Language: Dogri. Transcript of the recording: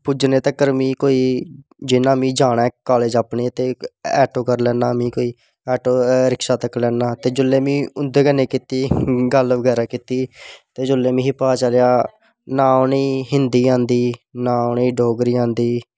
पुज्जने तक्कर मीं कोई जियां में जाना कालेज़ अपने ते इक ऐटो करी लैना में कोई ऐटो रिक्शा तक्की लैन्नै ते जिसले में उंदे कन्ने कीती गल्ल बगैरे कीती ते जिसले मिगी पता चलेआ ना उनें हिन्दी आंदी ना उनें डोगरी आंदी